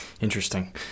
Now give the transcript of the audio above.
Interesting